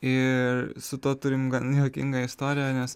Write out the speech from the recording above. ir su tuo turim gan juokingą istoriją nes